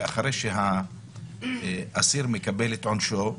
שאחרי שהאסיר מקבל את עונשו,